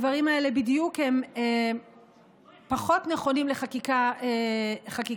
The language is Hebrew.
הדברים האלה בדיוק פחות נכונים לחקיקה ראשית,